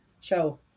show